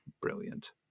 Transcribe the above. brilliant